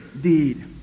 deed